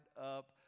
up